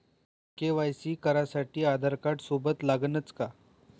KYC करासाठी आधारकार्ड सोबत लागनच का?